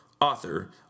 author